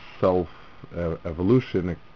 self-evolution